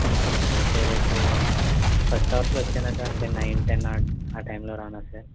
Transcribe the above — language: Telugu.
ఓకే సార్ అయితే రేపు ఫస్ట్ అవర్స్లో వచ్చేన సార్ అంటే నైన్ టెన్ ఆ టైంలో రానా సార్